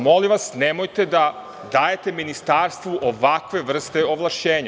Molim vas, nemojte da dajete ministarstvu ovakve vrste ovlašćenja.